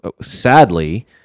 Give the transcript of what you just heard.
sadly